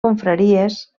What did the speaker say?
confraries